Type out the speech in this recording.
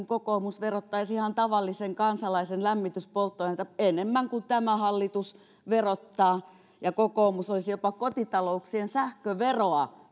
kokoomus verottaisi ihan tavallisen kansalaisen lämmityspolttoaineita enemmän kuin tämä hallitus verottaa ja kokoomus olisi jopa kotitalouksien sähköveroa